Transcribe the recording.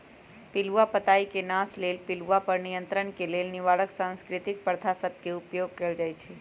पिलूआ पताई के नाश लेल पिलुआ पर नियंत्रण के लेल निवारक सांस्कृतिक प्रथा सभ के उपयोग कएल जाइ छइ